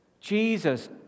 Jesus